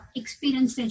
experience